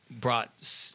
brought